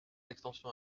extension